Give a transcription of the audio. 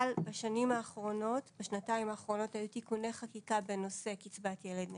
אבל בשנתיים האחרונות היו תיקוני חקיקה בנושא קצבת ילד נכה.